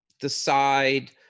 decide